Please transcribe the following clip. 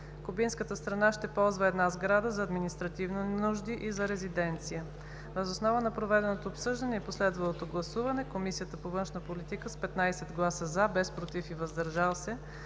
Кубинската страна ще ползва една сграда – за административни нужди и за резиденция. Въз основа на проведеното обсъждане и последвалото гласуване, Комисията по външна политика с 15 гласа „за“, без „против“ и „въздържал се“